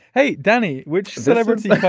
hey, danny which celebrity yeah